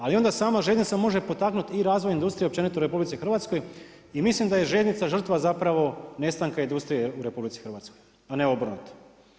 Ali, onda sama željeznica može potaknuti i razvoj industrije općenito u RH i mislim da je željeznica žrtva nestanka industrije u RH, a ne obrnuto.